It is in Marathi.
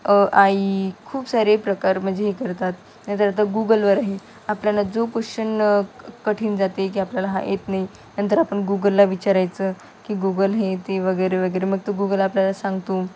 अआई खूप सारे प्रकार म्हणजे हे करतात नंतर आता गुगलवर आहे आपल्याला जो क्वेश्चन कठीण जाते की आपल्याला हा येत नाही नंतर आपण गुगलला विचारायचं की गुगल हे ते वगैरे वगैरे मग तो गुगल आपल्याला सांगतो